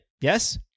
Yes